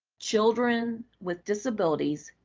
children with disabilities,